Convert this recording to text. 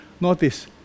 Notice